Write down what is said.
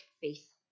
faith